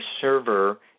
server